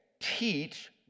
teach